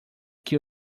que